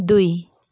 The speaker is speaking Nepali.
दुई